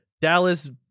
Dallas